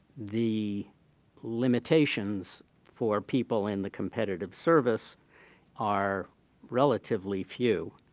the limitations for people in the competitive service are relatively few.